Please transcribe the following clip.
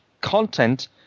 content